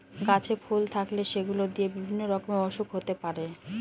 গাছে ফুল থাকলে সেগুলো দিয়ে বিভিন্ন রকমের ওসুখ হতে পারে